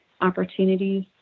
opportunities